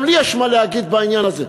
גם לי יש מה להגיד בעניין הזה.